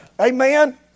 Amen